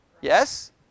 Yes